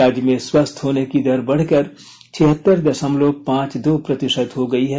राज्य में स्वस्थ होने की दर बढ़कर छिहतर दशमलव पांच दो प्रतिशत हो गई है